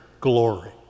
glory